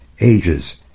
ages